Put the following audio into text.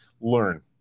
learn